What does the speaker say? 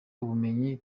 ubumenyi